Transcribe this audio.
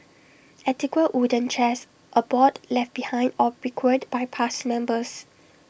antique wooden chairs abound left behind or bequeathed by past members